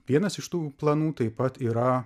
vienas iš tų planų taip pat yra